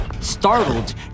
startled